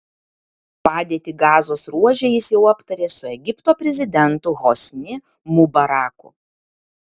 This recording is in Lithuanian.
padėtį gazos ruože jis jau aptarė su egipto prezidentu hosni mubaraku